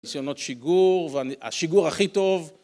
ניסיונות שיגור והשיגור הכי טוב